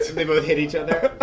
they both hit each other